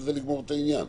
ובזה נגמור את העניין.